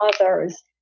others